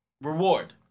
reward